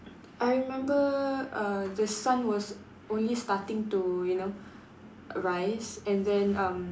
I remember err the sun was only starting to you know rise and then um